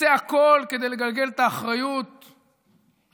ועושה הכול כדי לגלגל את האחריות לקורבנות,